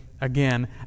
again